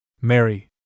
Mary